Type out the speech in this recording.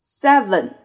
seven